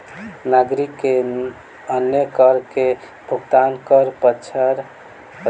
नागरिक के अन्य कर के भुगतान कर पड़ैत अछि